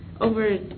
Over